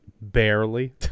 barely